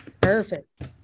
perfect